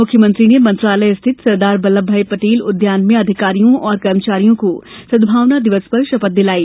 मुख्यमंत्री ने मंत्रालय स्थित सरदार वल्लभ भाई पटेल उद्यान में अधिकारियों और कर्मचारियों को सद्भावना दिवस पर शपथ दिलाई